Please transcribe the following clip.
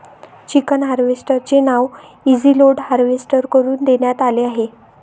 chicken harvester चे नाव easy load harvester वरून देण्यात आले आहे